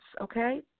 okay